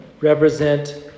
represent